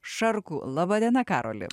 šarkų laba diena karoli